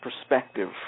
perspective